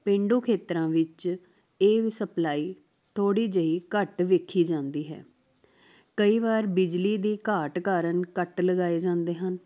ਪੇਂਡੂ ਖੇਤਰਾਂ ਵਿੱਚ ਇਹ ਸਪਲਾਈ ਥੋੜ੍ਹੀ ਜਿਹੀ ਘੱਟ ਵੇਖੀ ਜਾਂਦੀ ਹੈ ਕਈ ਵਾਰ ਬਿਜਲੀ ਦੀ ਘਾਟ ਕਾਰਨ ਕੱਟ ਲਗਾਏ ਜਾਂਦੇ ਹਨ